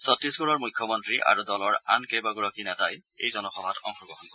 চট্টিশগড়ৰ মুখ্য মন্ত্ৰী আৰু দলৰ আন কেইবাগৰাকীও নেতাই এই জনসভাত অংশগ্ৰহণ কৰে